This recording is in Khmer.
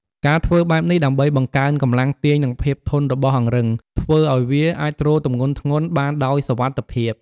ការធ្វើបែបនេះដើម្បីបង្កើនកម្លាំងទាញនិងភាពធន់របស់អង្រឹង ធ្វើឲ្យវាអាចទ្រទម្ងន់ធ្ងន់ បានដោយសុវត្ថិភាព។